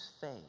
faith